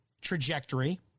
trajectory